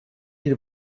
die